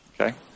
okay